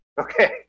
Okay